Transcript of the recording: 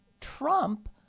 Trump